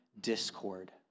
discord